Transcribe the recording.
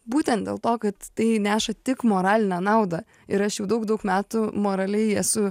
būtent dėl to kad tai neša tik moralinę naudą ir aš jau daug daug metų moraliai esu